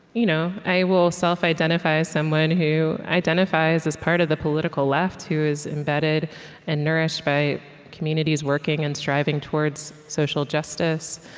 you know i will self-identify as someone who identifies as part of the political left, who is embedded and nourished by communities working and striving towards social justice.